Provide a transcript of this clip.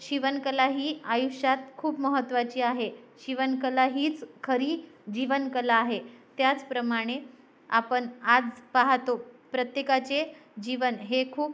शिवणकला ही आयुष्यात खूप महत्त्वाची आहे शिवणकला हीच खरी जीवनकला आहे त्याचप्रमाणे आपण आज पाहतो प्रत्येकाचे जीवन हे खूप